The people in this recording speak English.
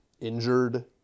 injured